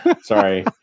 sorry